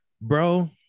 bro